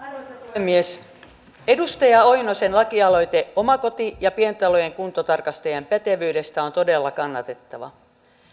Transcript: puhemies edustaja oinosen lakialoite omakoti ja pientalojen kuntotarkastajien pätevyydestä on todella kannatettava